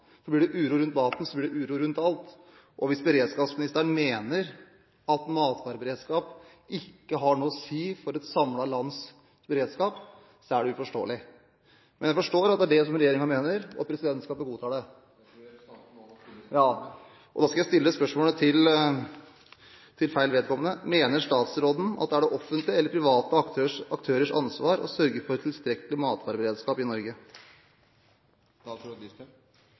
Blir det uro rundt maten, blir det uro rundt alt. Hvis beredskapsministeren mener at matvareberedskap ikke har noe å si for et lands samlede beredskap, er det uforståelig. Men jeg forstår at det er det regjeringen mener, og at presidentskapet godtar det. Jeg tror representanten nå må stille spørsmålet. Jeg stiller dette spørsmålet til feil vedkommende: «Mener statsråden at det er offentlige eller private aktørers ansvar å sørge for tilstrekkelig matberedskap i Norge?»